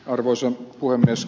arvoisa puhemies